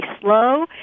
slow